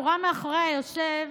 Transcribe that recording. שורה מאחוריי יושב